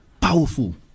powerful